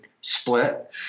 split